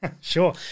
Sure